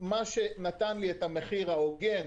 מה שנתן לי את המחיר ההוגן